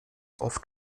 oft